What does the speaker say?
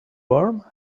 worm